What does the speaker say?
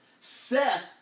Seth